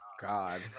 God